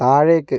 താഴേയ്ക്ക്